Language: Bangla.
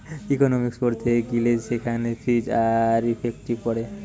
ইকোনোমিক্স পড়তে গিলে সেখানে ফিজ আর ইফেক্টিভ পড়ে